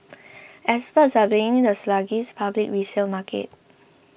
experts are blaming the sluggish public resale market